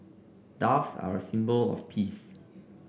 doves are a symbol of peace